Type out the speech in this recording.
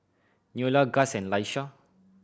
Neola Gust and Laisha